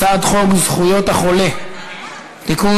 הצעת חוק זכויות החולה (תיקון,